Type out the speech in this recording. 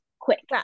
Quick